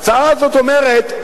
ההצעה הזאת אומרת,